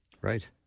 Right